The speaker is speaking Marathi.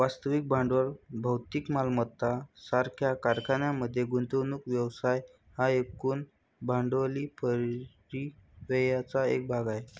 वास्तविक भांडवल भौतिक मालमत्ता सारख्या कारखान्यांमध्ये गुंतवणूक व्यवसाय हा एकूण भांडवली परिव्ययाचा एक भाग आहे